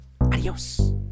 Adios